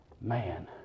Man